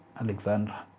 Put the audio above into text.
Alexandra